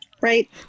Right